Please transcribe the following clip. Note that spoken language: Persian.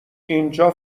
اینجا